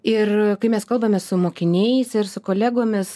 ir kai mes kalbame su mokiniais ir su kolegomis